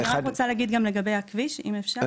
רגע, אני רק רציתי להגיד גם לגבי הכביש אם אפשר.